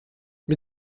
mit